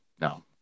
no